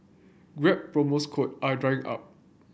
grab promos code are drying up